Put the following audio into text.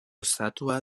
osatua